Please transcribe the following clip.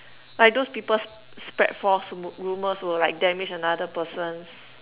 like those people sp~ spread false r~ rumors will like damage another persons